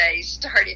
started